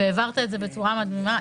והעברת את זה בצורה מדהימה.